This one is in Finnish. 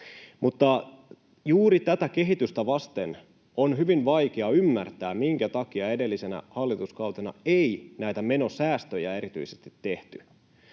Mutta juuri tätä kehitystä vasten on hyvin vaikea ymmärtää, minkä takia edellisenä hallituskautena ei näitä menosäästöjä erityisesti tehty.